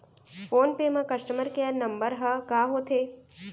Phone पे म customer care number ह का होथे?